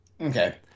Okay